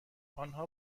آنها